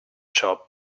job